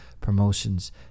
promotions